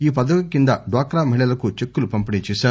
ఈ పథకం కింద డ్పాక్రా మహిళలకు చెక్కులను పంపిణీ చేశారు